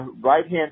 right-hand